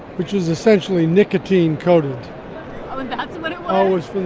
which is essentially nicotine-coated that's what it ah was?